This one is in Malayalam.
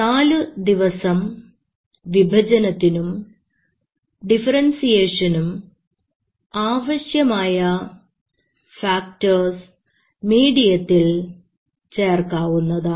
നാലു ദിവസം വിഭജനത്തിനും ഡിഫറെൻസിയേഷനും ആവശ്യമായ ഫാക്ടർസ് മീഡിയത്തിൽ ചേർക്കാവുന്നതാണ്